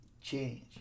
change